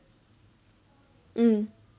mm